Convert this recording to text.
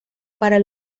para